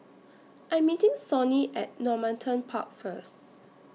I Am meeting Sonny At Normanton Park First